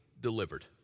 delivered